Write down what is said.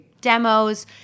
demos